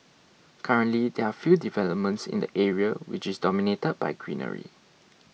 currently there are few developments in the area which is dominated by greenery